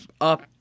up